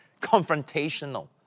confrontational